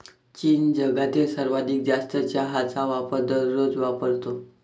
चीन जगातील सर्वाधिक जास्त चहाचा वापर दररोज वापरतो